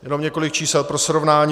Jenom několik čísel pro srovnání.